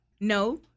No